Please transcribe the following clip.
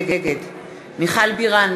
נגד מיכל בירן,